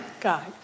God